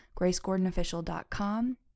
gracegordonofficial.com